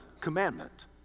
commandment